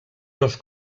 dos